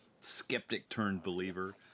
skeptic-turned-believer